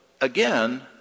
again